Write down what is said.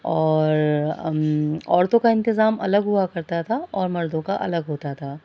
اور عورتوں کا انتظام الگ ہوا کرتا تھا اور مردوں کا الگ ہوتا تھا